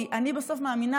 כי אני מאמינה,